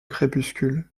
crépuscule